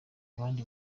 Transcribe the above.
abandi